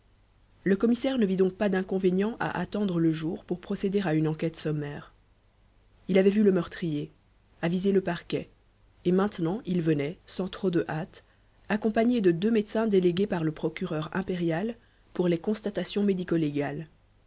le commissaire ne vit donc pas d'inconvénient à attendre le jour pour procéder à une enquête sommaire il avait vu le meurtrier avisé le parquet et maintenant il venait sans trop de hâte accompagné de deux médecins délégués par le procureur impérial pour les constatations médico légales